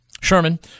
Sherman